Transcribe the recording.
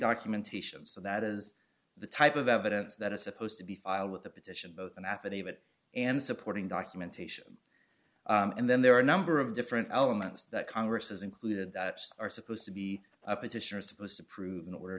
documentation so that is the type of evidence that is supposed to be filed with the petition both an affidavit and supporting documentation and then there are a number of different elements that congress has included that are supposed to be a petitioner supposed to prove in order